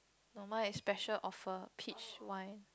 no mine is special offer peach wine